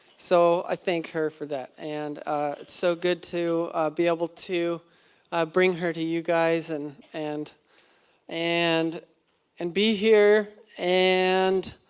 so i thank her for that. and it's so good to be able to bring her to you guys, and and and and, be here, and.